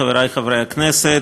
חברי חברי הכנסת,